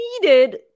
needed